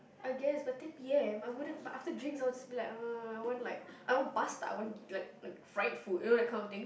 I guess but ten P_M I wouldn't but after drinks I'll just be like ah I want like I don't want pasta I want like like fried food you know that kind of thing